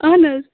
اَہن حظ